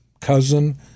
cousin